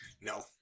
No